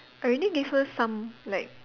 I already gave her some like